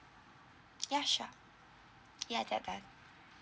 ya sure ya that done